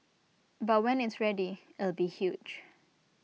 but when it's ready it'll be huge